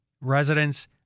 residents